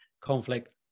conflict